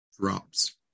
drops